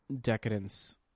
decadence